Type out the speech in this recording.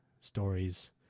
stories